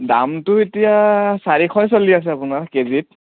দামটো এতিয়া চাৰিশয়েই চলি আছে আপোনাৰ কেজিত